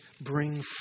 bring